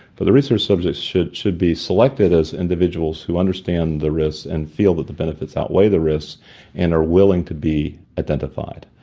the the research subjects should should be selected as individuals who understand the risks and feel that the benefits outweigh the risks and are willing willing to be identified.